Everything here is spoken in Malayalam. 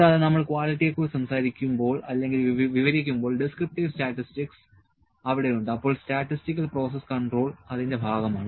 കൂടാതെ നമ്മൾ ക്വാളിറ്റിയെ കുറിച്ച് സംസാരിക്കുമ്പോൾ അല്ലെങ്കിൽ വിവരിക്കുമ്പോൾ ഡിസ്ക്രിപ്റ്റീവ് സ്റ്റാറ്റിസ്റ്റിക്സ് അവിടെ ഉണ്ട് അപ്പോൾ സ്റ്റാറ്റിസ്റ്റിക്കൽ പ്രോസസ്സ് കൺട്രോൾ അതിന്റെ ഭാഗമാണ്